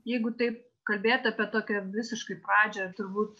jeigu taip kalbėt apie tokią visiškai pradžią turbūt